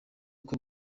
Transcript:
uko